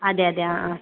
അതെ അതെ ആ ആ